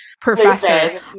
professor